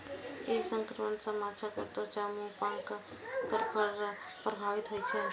एहि संक्रमण सं माछक त्वचा, मुंह, पंख आ गलफड़ प्रभावित होइ छै